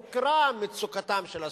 הוכרה מצוקתם של הסטודנטים,